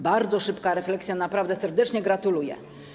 Bardzo szybka refleksja, naprawdę, serdecznie gratuluję.